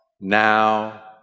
now